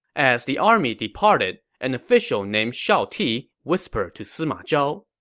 as the army departed, an official named shao ti whispered to sima zhao,